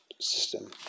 system